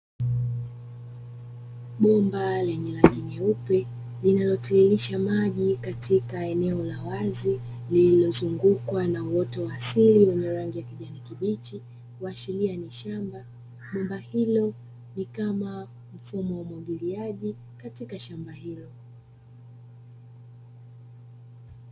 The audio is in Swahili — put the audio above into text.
Bomba lenye rangi nyeupe, linalotiririsha maji katika eneo la wazi lililozungukwa na uoto wa asili wenye rangi ya kijani kibichi kuashiria ni shamba, bomba hilo ni kama mfumo wa umwagiliaji katika shamba hilo.